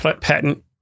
patent